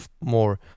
more